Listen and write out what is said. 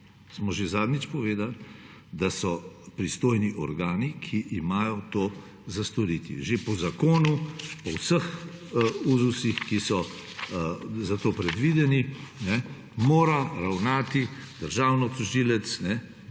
smo že zadnjič povedali, da so pristojni organi, ki imajo to za storiti že po zakonu, po vseh uzusih, ki so za to predvideni, mora ravnati državni tožilec